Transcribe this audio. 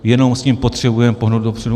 Jenom s tím potřebujeme pohnout dopředu.